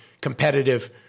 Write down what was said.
competitive